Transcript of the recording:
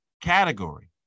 category